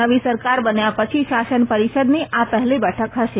નવી સરકાર બન્યા પછી શાસન પરિષદની આ પહેલી બેઠક હશે